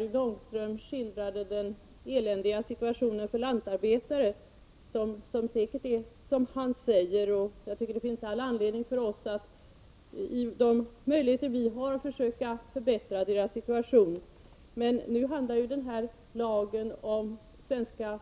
Rune Ångström skildrade den eländiga situationen för lantarbetare — den är säkert som han säger, och det finns all anledning för oss att med de möjligheter vi har försöka förbättra deras situation — men den nu aktuella lagen gäller svenska